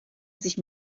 sich